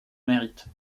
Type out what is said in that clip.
mérite